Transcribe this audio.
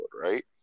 right